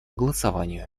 голосованию